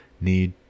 need